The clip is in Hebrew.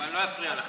אבל אני לא אפריע לך.